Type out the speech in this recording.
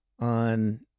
on